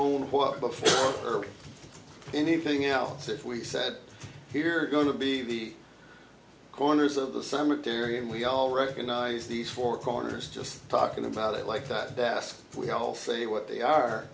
before or anything else if we said here are going to be the corners of the cemetery and we all recognize these four corners just talking about it like that that we all say what they are